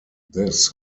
this